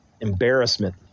Embarrassment